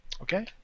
Okay